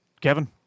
Kevin